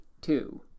two